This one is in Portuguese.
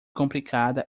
complicada